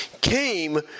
came